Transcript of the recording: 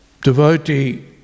devotee